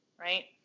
right